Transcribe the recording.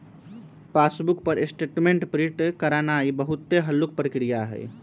passbook पर statement print करानाइ बहुते हल्लुक प्रक्रिया हइ